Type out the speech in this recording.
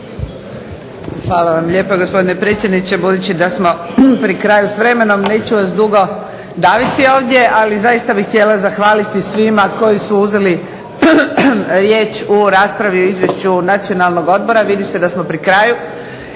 Hvala vam lijepa gospodine predsjedniče. Budući da smo pri kraju s vremenom neću vas dugo daviti ovdje ali zaista bih htjela zahvaliti svima koji su uzeli riječ u raspravi o Izvješću Nacionalnog odbora, vidi se da smo na kraju